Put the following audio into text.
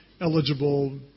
eligible